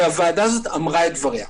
והוועדה אמרה את דבריה.